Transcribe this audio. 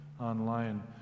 online